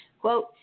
quote